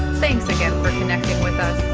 thanks again for connecting with us!